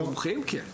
מומחים כן.